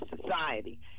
society